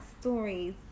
stories